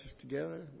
together